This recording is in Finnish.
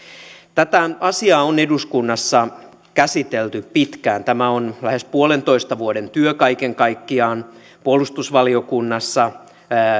tätä asiaa on eduskunnassa käsitelty pitkään tämä on lähes puolentoista vuoden työ kaiken kaikkiaan puolustusvaliokunnassa